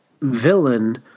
villain